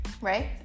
Right